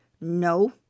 No